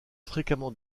fréquemment